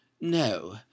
No